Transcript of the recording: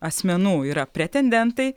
asmenų yra pretendentai